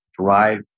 drive